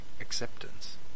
acceptance